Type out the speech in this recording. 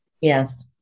Yes